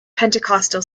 pentecostal